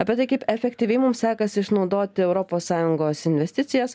apie tai kaip efektyviai mums sekasi išnaudoti europos sąjungos investicijas